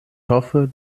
hoffe